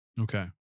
Okay